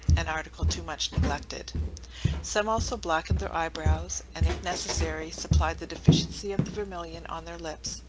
an article too much neglected some also blackened their eyebrows, and, if necessary, supplied the deficiency of the vermillion on their lips,